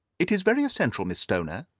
it is very essential, miss stoner,